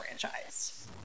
franchise